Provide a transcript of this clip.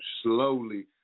slowly